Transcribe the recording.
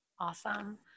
Awesome